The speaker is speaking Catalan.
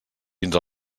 fins